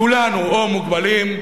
כולנו או מוגבלים,